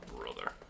brother